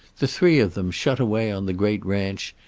the three of them shut away on the great ranch,